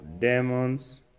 demons